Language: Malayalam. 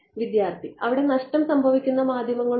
വിദ്യാർത്ഥി അവിടെ നഷ്ടം സംഭവിക്കുന്ന മാധ്യമങ്ങൾ ഉണ്ടോ